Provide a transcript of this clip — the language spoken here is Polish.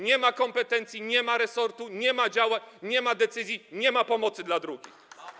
Nie ma kompetencji, nie ma resortu, nie ma działań, nie ma decyzji, nie ma pomocy dla drugich.